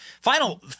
Final